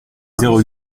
zéro